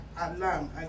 alarm